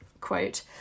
quote